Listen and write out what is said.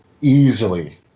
easily